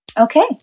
Okay